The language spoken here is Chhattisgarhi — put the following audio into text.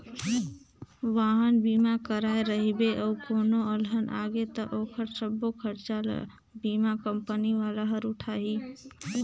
वाहन बीमा कराए रहिबे अउ कोनो अलहन आगे त ओखर सबो खरचा ल बीमा कंपनी वाला हर उठाही